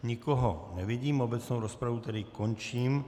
Nikoho nevidím, obecnou rozpravu tedy končím.